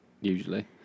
usually